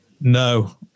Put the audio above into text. No